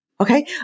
Okay